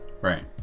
Right